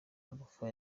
alpha